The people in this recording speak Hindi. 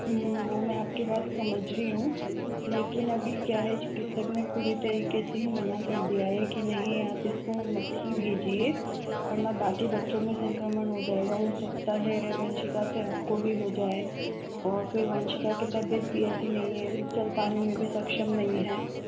वो मैं आपकी बात समझ रही हूँ लेकिन अभी क्या है चिकित्सक ने पूरे तरीके से मना कर दिया है कि नहीं आप इसको मत ही भेजिए वरना बाकी बच्चों में संक्रमण हो जाएगा हो सकता है वंशिका से आपको भी हो जाए और फिर वंशिका की तबीयत भी ऐसी नहीं है चल पाने में भी सक्षम नहीं है